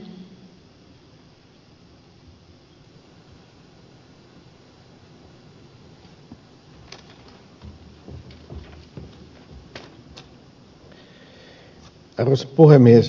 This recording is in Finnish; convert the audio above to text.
arvoisa rouva puhemies